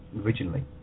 originally